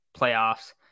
playoffs